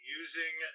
using